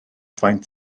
faint